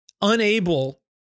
unable